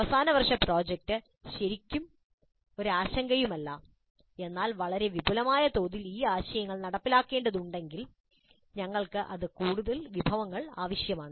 അവസാന വർഷ പ്രോജക്റ്റ് ശരിക്കും ഒരു ആശങ്കയുമില്ല എന്നാൽ വളരെ വിപുലമായ തോതിൽ ഈ ആശയങ്ങൾ നടപ്പിലാക്കേണ്ടതുണ്ടെങ്കിൽ ഞങ്ങൾക്ക് കൂടുതൽ വിഭവങ്ങൾ ആവശ്യമാണ്